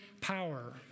power